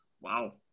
Wow